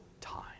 time